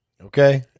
Okay